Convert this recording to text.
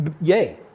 Yay